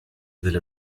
delle